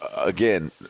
Again